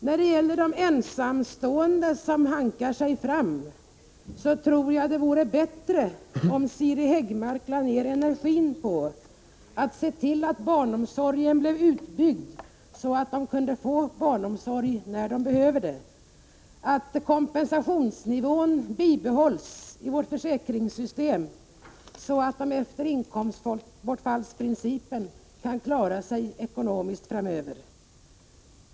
När det gäller de ensamstående som hankar sig fram tror jag att det vore bättre om Siri Häggmark lade ner energi på att se till att barnomsorgen blev utbyggd, så att dessa föräldrar kunde få barnomsorg när de behöver det, och på att se till att kompensationsnivån bibehålls i vårt försäkringssystem så att de efter inkomstbortfallsprincipen kan klara sig ekonomiskt framöver.